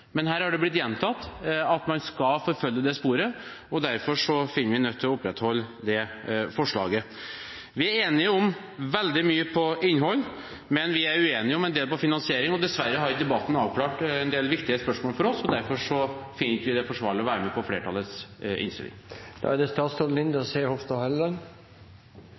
blitt gjentatt at man skal forfølge det sporet, derfor ser vi oss nødt til å opprettholde forslaget. Vi er enige om veldig mye når det gjelder innhold, men vi er uenige om en del når det gjelder finansiering. Dessverre har ikke debatten avklart en del viktige spørsmål for oss. Derfor finner vi det ikke forsvarlig å være med på flertallets innstilling. Når det